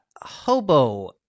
Hobo